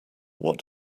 what